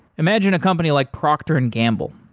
imagine a company like procter and gamble.